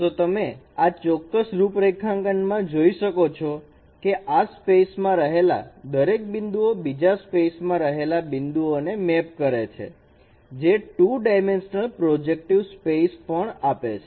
તો તમે આ ચોક્કસ રૂપરેખાંકન માં જોઈ શકો છો કે આ સ્પેસ માં રહેલા દરેક બિંદુઓ બીજા સ્પેસ માં રહેલા બિંદુઓને મેપ કરે છે જે 2 ડાયમેન્શનલ પ્રોજેક્ટિવ સ્પેસ પણ આપે છે